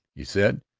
he said,